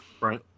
right